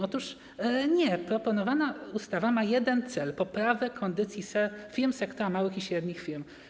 Otóż nie, proponowana ustawa ma jeden cel: poprawę kondycji sektora małych i średnich firm.